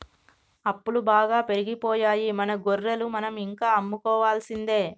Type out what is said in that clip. అప్పులు బాగా పెరిగిపోయాయి మన గొర్రెలు మనం ఇంకా అమ్ముకోవాల్సిందే